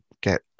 get